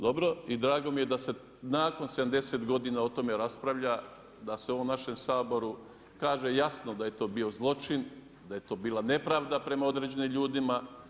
Dobro i drago mi je da se nakon 70 godina o tome raspravlja, da se u ovom našem Saboru kaže jasno da je to bio zločin, da je to bila nepravda prema određenim ljudima.